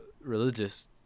religious